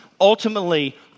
Ultimately